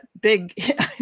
big